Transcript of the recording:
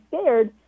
scared